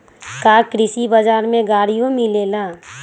का कृषि बजार में गड़ियो मिलेला?